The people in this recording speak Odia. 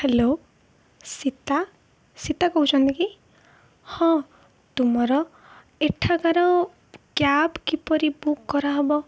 ହ୍ୟାଲୋ ସୀତା ସୀତା କହୁଛନ୍ତି କି ହଁ ତୁମର ଏଠାକାର କ୍ୟାବ୍ କିପରି ବୁକ୍ କରାହେବ